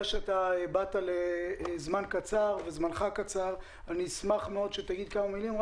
יודע שזמנך קצר ואני אשמח מאוד שתגיד כמה מילים.